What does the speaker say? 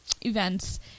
events